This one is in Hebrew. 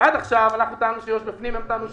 הרי עד עכשיו טענו שיו"ש בפנים והם טענו שלא.